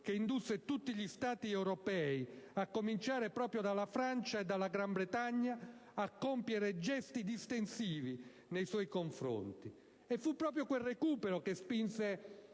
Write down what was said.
che indusse tutti gli Stati europei, a cominciare proprio dalla Francia e dalla Gran Bretagna, a compiere gesti distensivi nei suoi confronti, e che spinse